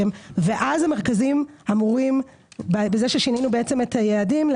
ואז בכך ששינינו את היעדים המרכזים אמורים